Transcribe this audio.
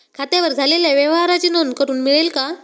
खात्यावर झालेल्या व्यवहाराची नोंद करून मिळेल का?